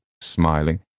smiling